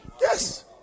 Yes